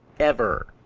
ever.